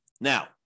Now